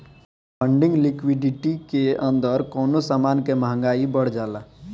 funding liquidity के अंदर कवनो समान के महंगाई बढ़ जाला